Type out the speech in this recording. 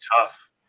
tough